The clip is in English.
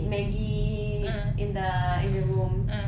eat Maggi in the in the room